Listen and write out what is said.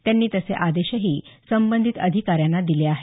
त्यांनी तसे आदेशही संबंधित अधिकाऱ्यांना दिले आहेत